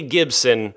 Gibson